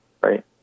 right